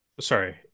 Sorry